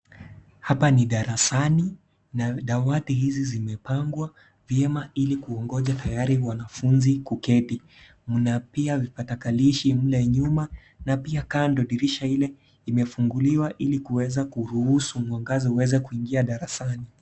Hapa ni darasani, na dawati hizi zimepangwa, vyema ili kuwangoja tayari wanafunzi kuketi, mna pia vipatakalishi , mle nyuma, na pia kando dirisha ile, imefunguliwa ilikuweza kuruhusu, mwangaza kuingia darasani.